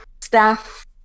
staff